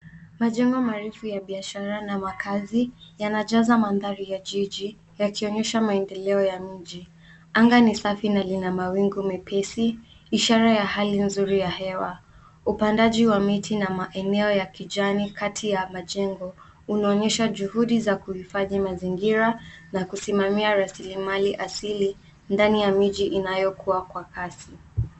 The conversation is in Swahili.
Majengo marefu ya biashara na makazi yanajaza mandhari ya jiji yakionyesha maendeleo ya miji. Anga ni safi na lina mawingu mepesi ishara ya hali nzuri ya hewa. Upandaji wa miti na maeneo ya kijani kati ya majengo unaonyesha juhudi za kuhifadhi mazingira na kusimamia rasilimali asili ndani ya miji inayokua kwa kasi.